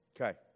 Okay